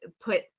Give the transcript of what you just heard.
put